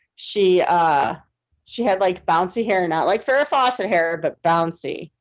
she ah she had like bouncy hair, not like farrah fawcett hair, but bouncy.